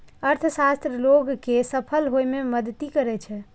अर्थशास्त्र लोग कें सफल होइ मे मदति करै छै